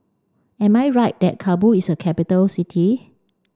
am I right that Kabul is a capital city